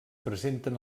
presenten